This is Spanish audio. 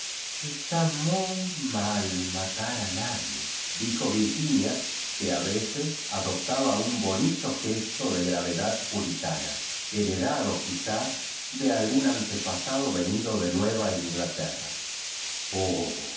está muy mal matar a nadie dijo vir ginia que a veces adoptaba un bonito gesto de gravedad puritana heredado quizá de al gún antepasado venido de nueva inglaterra oh